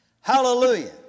Hallelujah